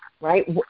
right